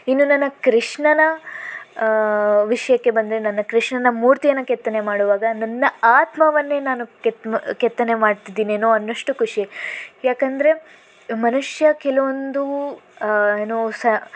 ಇನ್ನು ನನ್ನ ಕೃಷ್ಣನ ವಿಷಯಕ್ಕೆ ಬಂದರೆ ನನ್ನ ಕೃಷ್ಣನ ಮೂರ್ತಿಯನ್ನು ಕೆತ್ತನೆ ಮಾಡೊವಾಗ ನನ್ನ ಆತ್ಮವನ್ನೇ ನಾನು ಕೆತ್ತನೆ ಮಾಡ್ತಿದ್ದೀನೇನೋ ಅನ್ನುವಷ್ಟು ಖುಷಿ ಯಾಕೆಂದ್ರೆ ಮನುಷ್ಯ ಕೆಲವೊಂದು ಏನು ಸ